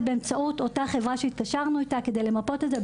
באמצעות אותה חברה שהתקשרנו אתה כדי למפות את זה,